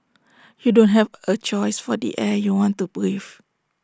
you don't have A choice for the air you want to breathe